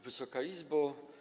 Wysoka Izbo!